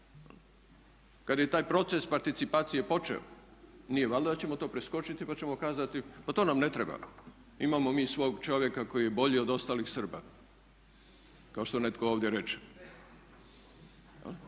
kad je i taj proces participacije počeo nije valjda da ćemo to preskočiti pa ćemo kazati pa to nam ne treba imamo mi svog čovjeka koji je bolji od ostalih Srba kao što netko ovdje reče.